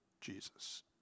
Jesus